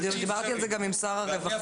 דיברתי על זה גם עם שר הרווחה.